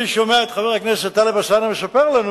אני שומע את חבר הכנסת טלב אלסאנע מספר לנו